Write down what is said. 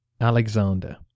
Alexander